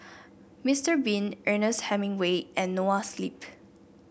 Mister Bean Ernest Hemingway and Noa Sleep